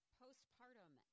postpartum